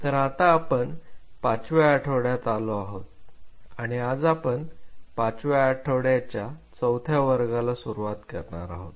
तर आता आपण पाचव्या आठवड्यात आलो आहोत आणि आज आपण पाचव्या आठवड्याच्या चौथ्या वर्गाला सुरूवात करणार आहोत